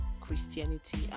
Christianity